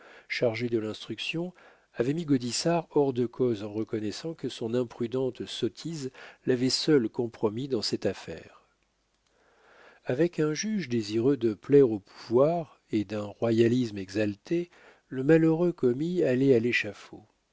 chargé de l'instruction avait mis gaudissart hors de cause en reconnaissant que son imprudente sottise l'avait seule compromis dans cette affaire avec un juge désireux de plaire au pouvoir ou d'un royalisme exalté le malheureux commis allait à l'échafaud